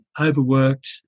overworked